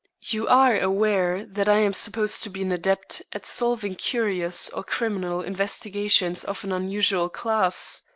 you are aware that i am supposed to be an adept at solving curious or criminal investigations of an unusual class.